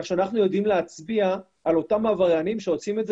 כך שאנחנו יודעים להצביע על אותם עבריינים שעושים את זה